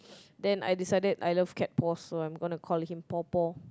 then I decide I love cat paws so I'm gonna call him paw paw